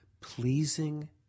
pleasing